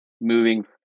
moving